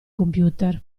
computer